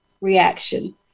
reaction